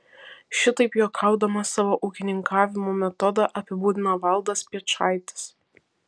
šitaip juokaudamas savo ūkininkavimo metodą apibūdina valdas piečaitis